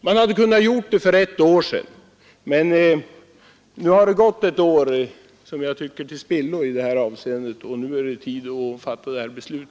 Det hade kunnat ske för ett år sedan, och nu har, som jag ser det, ett år gått till spillo. Det är nu tid att fatta detta beslut.